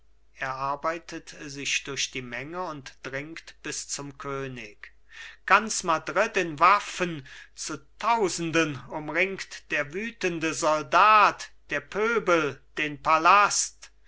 er arbeitet sich durch die menge und dringt bis zum könig ganz madrid in waffen zu tausenden umringt der wütende soldat der pöbel den palast